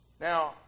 Now